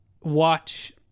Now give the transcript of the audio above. watch